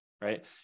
right